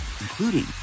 including